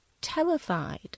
terrified